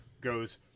goes